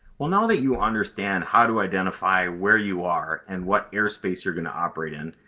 well now that you understand how to identify where you are and what airspace you're going to operate in,